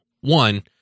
One